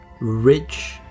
rich